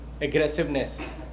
aggressiveness